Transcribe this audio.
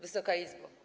Wysoka Izbo!